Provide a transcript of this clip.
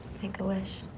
make a wish.